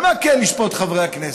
על מה כן לשפוט, חברי הכנסת?